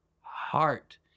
heart